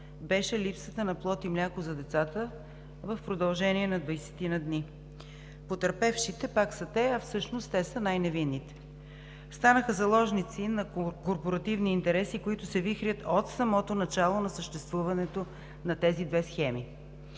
беше липсата на плод и мляко за децата в продължение на двадесетина дни. Потърпевшите пак са те, а всъщност те са най-невинните. Станаха заложници на корпоративни интереси, които се вихрят от самото начало на съществуването на тези две схеми.